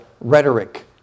rhetoric